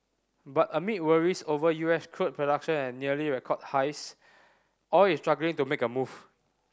but amid worries over U S crude production at nearly record highs oil is struggling to make a move